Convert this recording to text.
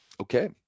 Okay